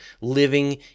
living